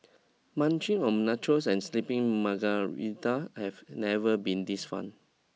munching on nachos and slipping margaritas have never been this fun